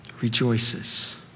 rejoices